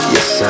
Yes